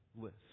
list